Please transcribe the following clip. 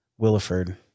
williford